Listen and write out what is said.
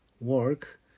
work